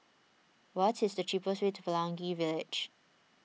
what is the cheapest way to Pelangi Village